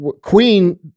Queen